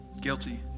Guilty